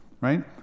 Right